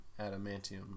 adamantium